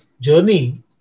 journey